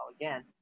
again